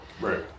Right